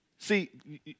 See